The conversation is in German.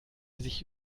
sich